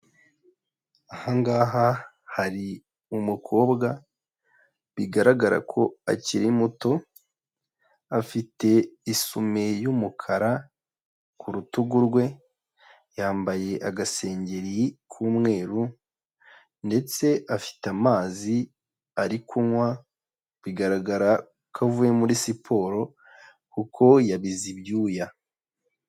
Aha ngaha hari umukobwa bigaragara ko akiri muto, afite isume y'umukara ku rutugu rwe, yambaye agasengeri k'umweru ndetse afite amazi ari kunywa, bigaragara ko avuye muri siporo kuko yabize ibyuya.